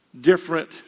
different